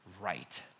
right